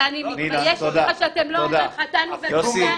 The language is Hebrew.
----- ואני מתביישת בכלל שאתם לא אומרים: חטאנו ופשענו.